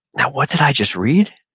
now, what did i just read?